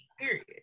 period